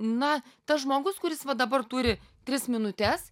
na tas žmogus kuris va dabar turi tris minutes